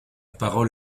parole